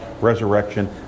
resurrection